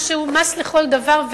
מס שהוא מס לכל דבר,